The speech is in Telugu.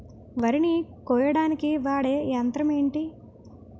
వరి ని కోయడానికి వాడే యంత్రం ఏంటి?